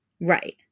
Right